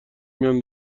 میان